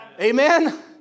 Amen